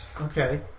Okay